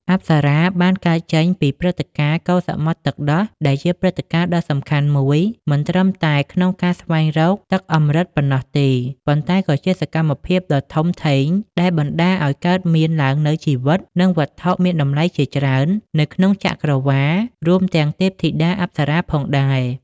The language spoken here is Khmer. អប្សរាបានកើតចេញពីព្រឹត្តិការណ៍ កូរសមុទ្រទឹកដោះ ដែលជាព្រឹត្តិការណ៍ដ៏សំខាន់មួយមិនត្រឹមតែក្នុងការស្វែងរកទឹកអម្រឹតប៉ុណ្ណោះទេ ប៉ុន្តែក៏ជាសកម្មភាពដ៏ធំធេងដែលបណ្ដាលឲ្យកើតមានឡើងនូវជីវិត និងវត្ថុមានតម្លៃជាច្រើននៅក្នុងចក្រវាឡ រួមទាំងទេពធីតាអប្សរាផងដែរ។